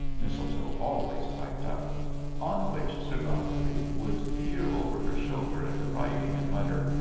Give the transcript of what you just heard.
mistletoe always piped up on which sir godfrey would peer over her shoulder at the writing, and mutter,